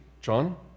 John